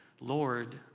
Lord